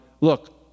look